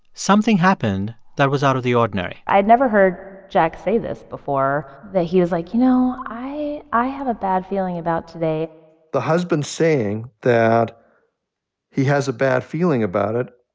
something happened that was out of the ordinary i had never heard jack say this before, that he was like, you know, know, i have a bad feeling about today the husband saying that he has a bad feeling about it,